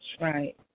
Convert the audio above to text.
Right